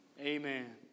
Amen